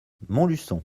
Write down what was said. montluçon